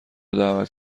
دعوت